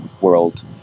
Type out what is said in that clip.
world